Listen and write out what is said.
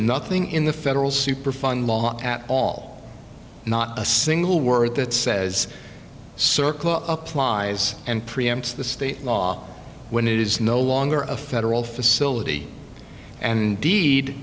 nothing in the federal superfund at all not a single word that says so and preempt the state law when it is no longer a federal facility and deed